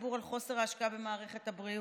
לציבור על חוסר ההשקעה במערכת הבריאות?